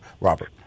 Robert